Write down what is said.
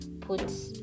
put